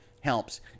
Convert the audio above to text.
helps